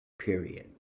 period